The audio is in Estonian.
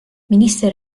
minister